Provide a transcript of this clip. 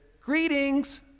Greetings